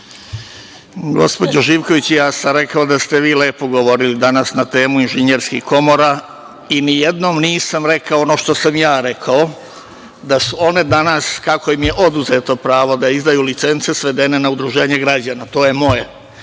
Gospođo Živković, ja sam rekao da ste vi lepo govorili danas na temu inženjerskih komora i ni jednom nisam rekao ono što sam ja rekao, da su one danas, kako im je oduzeto pravo da izdaju licence, svedene na udruženje građana. To je moje,